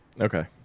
Okay